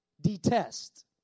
Detest